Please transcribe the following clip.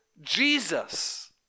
Jesus